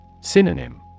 Synonym